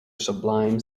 sublime